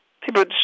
People